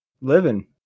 living